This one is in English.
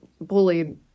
bullied